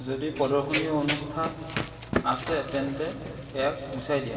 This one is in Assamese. যদি প্রদর্শনী অনুষ্ঠাত আছে তেন্তে ইয়াক গুচাই দিয়া